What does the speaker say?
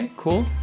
Cool